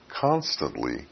constantly